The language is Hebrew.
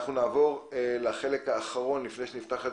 אנחנו נעבור לחלק האחרון לפי שנפתח את